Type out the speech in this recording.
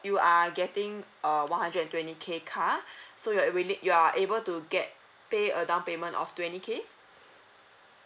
you are getting a one hundred twenty K car so you willing you are able to get pay a down payment of twenty K